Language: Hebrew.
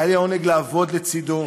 היה לי העונג לעבוד לצדו,